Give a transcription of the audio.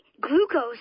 Glucose